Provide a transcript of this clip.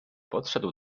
podszedł